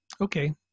Okay